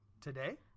today